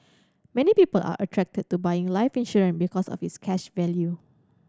many people are attracted to buying life insurance because of its cash value